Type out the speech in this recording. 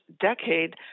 decade